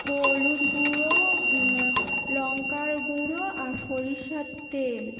হলুদ গুঁড়ো লঙ্কার গুঁড়ো আর সরিষার তেল